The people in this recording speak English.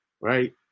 Right